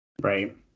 Right